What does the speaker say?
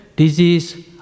disease